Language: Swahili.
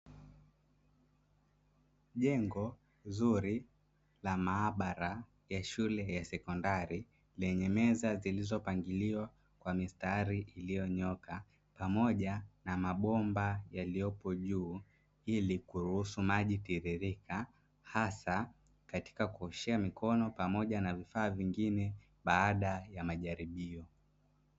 Jengo zuri la maabara ya shule ya sekondari lenye meza, zilizopangiliwa kwa mistari iliyonyooka pamoja na mabomba yaliyopo juu ili kuruhusu maji tiririka hasa katika kuoshea mikono Pamoja na vifaa vingine baada ya majaribio.